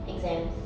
exams